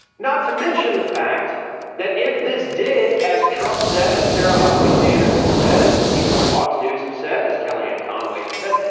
not to mention the fact that if this did, as trump said, as sarah huckabee sanders has said, as the people in fox news have said, as kellyanne conway, i said,